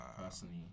personally